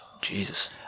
Jesus